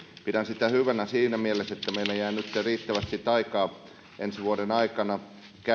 pidän sitä hyvänä siinä mielessä että meille jää nyt riittävästi aikaa ensi vuoden aikana